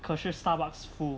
可是 starbucks full